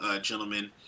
gentlemen